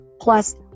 plus